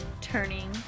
turning